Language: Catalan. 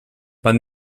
van